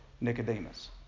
Nicodemus